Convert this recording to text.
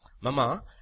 Mama